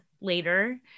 later